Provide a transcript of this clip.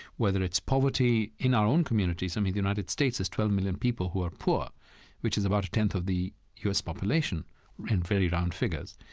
whether it's poverty in our own communities. i mean, the united states has twelve million people who are poor which is about a tenth of the u s. population in very round figures.